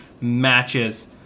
matches